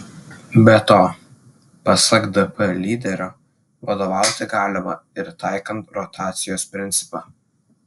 be to pasak dp lyderio vadovauti galima ir taikant rotacijos principą